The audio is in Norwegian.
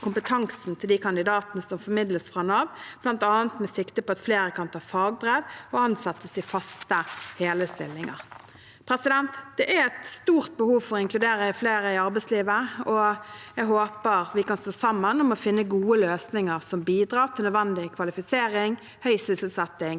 kompetansen til de kandidatene som formidles fra Nav, bl.a. med sikte på at flere kan ta fagbrev og ansettes i faste, hele stillinger. Det er et stort behov for å inkludere flere i arbeidslivet, og jeg håper vi kan stå sammen om å finne gode løsninger som bidrar til nødvendig kvalifisering, høy sysselsetting